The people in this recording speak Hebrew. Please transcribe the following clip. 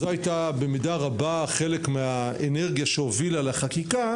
זאת הייתה במידה רבה חלק מהאנרגיה שהובילה לחקיקה.